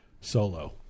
solo